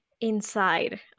inside